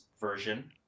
version